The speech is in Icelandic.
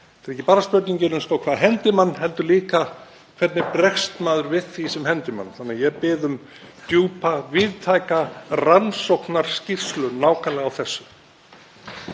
Þetta er ekki bara spurningin um hvað hendir mann heldur líka hvernig maður bregst við því sem hendir mann. Þannig að ég bið um djúpa, víðtæka rannsóknarskýrslu á nákvæmlega þessu.